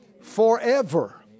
forever